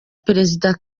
perezida